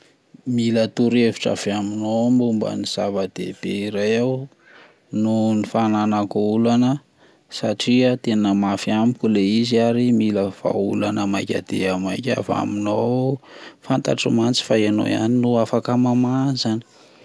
Mila torohevitra avy aminao aho momban'ny zava-dehibe iray aho nohon'ny fananako olana satria tena mafy amiko le izy ary mila vahaolana maika dia maika avy aminao aho, fantatro mantsy fa ianao ihany no afaka mamaha an'izany.